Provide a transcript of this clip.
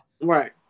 Right